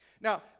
Now